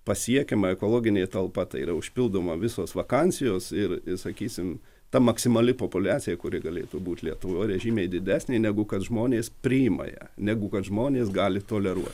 pasiekiama ekologinė talpa tai yra užpildoma visos vakansijos ir ir sakysim ta maksimali populiacija kuri galėtų būt lietuvoj yražymiai didesnė negu kad žmonės priima ją negu kad žmonės gali toleruoti